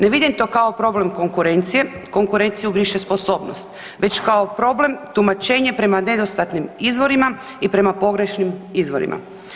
Ne vidim to kao problem konkurencije, konkurenciju briše sposobnost, već kao problem tumačenje prema nedostatnim izvorima i prema pogrešnim izvorima.